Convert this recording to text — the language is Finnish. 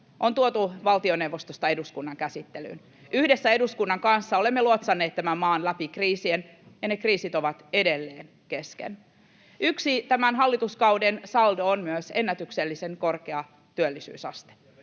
on tuotu valtioneuvostosta eduskunnan käsittelyyn. Yhdessä eduskunnan kanssa olemme luotsanneet tämän maan läpi kriisien, ja ne kriisit ovat edelleen kesken. Yksi tämän hallituskauden saldo on myös ennätyksellisen korkea työllisyysaste.